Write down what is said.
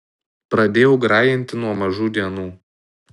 pradėjau grajinti nuo mažų dienų